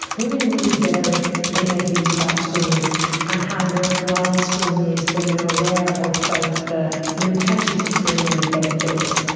women really vary in their views about screening and how worthwhile screening is when they are aware of both the limitations of screening and the benefits.